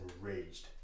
enraged